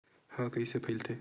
ह कइसे फैलथे?